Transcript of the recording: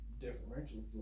differential